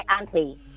auntie